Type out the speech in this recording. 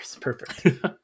perfect